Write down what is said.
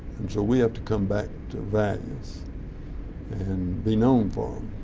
and so we have to come back to values and be known for them